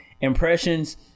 impressions